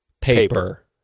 paper